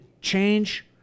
change